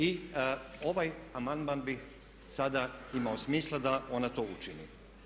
I ovaj amandman bih sada imao smisla da ona to učini.